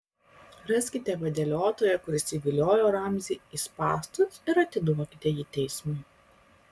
raskite vadeliotoją kuris įviliojo ramzį į spąstus ir atiduokite jį teismui